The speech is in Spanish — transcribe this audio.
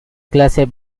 clase